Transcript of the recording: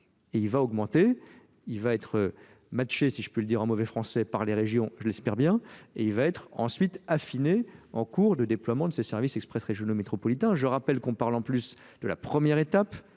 il va augmenter il va être euh matcher si je peux le dire en mauvais français par les régions je l'espère bien et il va être ensuite affiné en cours de déploiement de ce service express régionaux métropolitains je rappelle qu'en parle en plus de la première étape